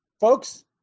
Folks